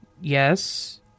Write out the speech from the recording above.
Yes